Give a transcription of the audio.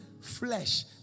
flesh